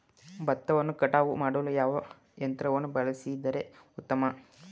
ಭತ್ತವನ್ನು ಕಟಾವು ಮಾಡಲು ಯಾವ ಯಂತ್ರವನ್ನು ಬಳಸಿದರೆ ಉತ್ತಮ?